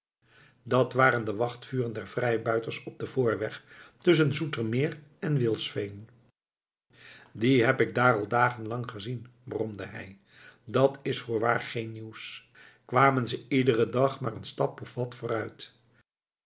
dat waren de wachtvuren der vrijbuiters op den voorweg tusschen zoetermeer en wilsveen die heb ik daar al dagen lang gezien bromde hij dat is voorwaar geen nieuws kwamen ze iederen dag maar een stap of wat vooruit